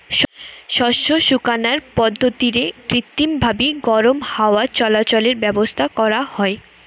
শস্য শুকানার পদ্ধতিরে কৃত্রিমভাবি গরম হাওয়া চলাচলের ব্যাবস্থা করা হয়